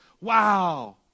Wow